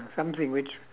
something which